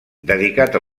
dedicat